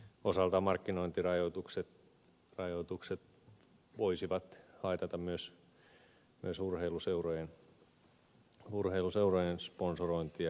osaltaan markkinointirajoitukset voisivat haitata myös urheiluseurojen sponsorointia